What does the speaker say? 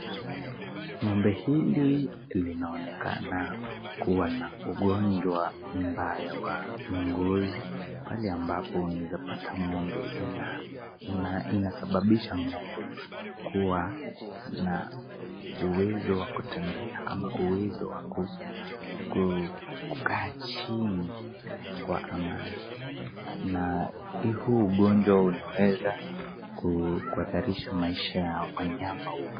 Ng'ombe hili linaonekana kuwa na ugonjwa mbaya wa ngozi pale ambapo unaweza pata ng'ombe ina sababisha ng'ombe kuwa na uwezo wa kutembea ama uwezo wa kukaa chini kwa amani na huu ugonjwa unaweza kuhatarisha maisha ya wanyama wengi.